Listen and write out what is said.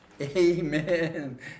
amen